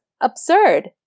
absurd